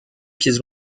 pièces